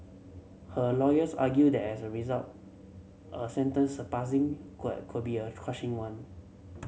her lawyers argued that as a result a sentence surpassing could could be a crushing one